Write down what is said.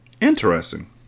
Interesting